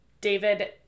David